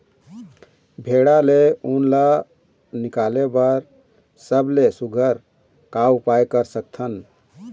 भेड़ा ले उन ला निकाले बर सबले सुघ्घर का उपाय कर सकथन?